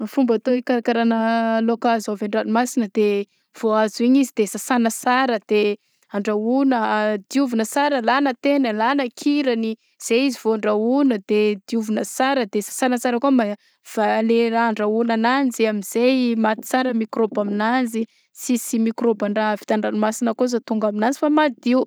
Fomba atao ikarakarana laoka azo avy andranomasina de vao azo igny izy de sasana sara de andrahoana diovina sara alana taigny alagna kirany zay izy vao andrahona de diovina sara de sasana sara fa le raha andraôgna ananjy de amzay maty sara mikrôba aminazy sisy mikrôba ndraha avy tany ndranomasina kô za tônga aminazy fa madio.